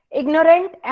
ignorant